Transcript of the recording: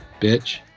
bitch